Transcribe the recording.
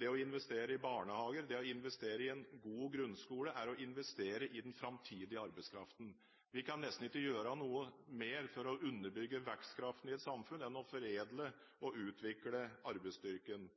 Det å investere i barnehager og en god grunnskole er å investere i den framtidige arbeidskraften. Vi kan nesten ikke gjøre noe mer for å underbygge vekstkraften i et samfunn enn å foredle og utvikle arbeidsstyrken.